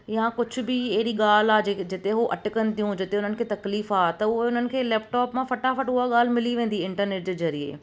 या कुझु बि अहिड़ी ॻाल्हि आहे जिते उहो अटकनि थियूं जिते उन्हनि खे तकलीफ़ु आहे त उहे उन्हनि खे लैपटॉप मां फटाफट उहा ॻाल्हि मिली वेंदी इंटरनेट जे ज़रिए